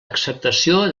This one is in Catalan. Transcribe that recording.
acceptació